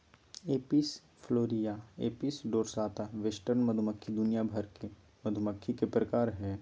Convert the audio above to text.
Apis florea, Apis dorsata, western मधुमक्खी दुनिया भर के मधुमक्खी के प्रकार हय